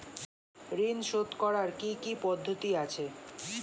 ঋন শোধ করার কি কি পদ্ধতি আছে?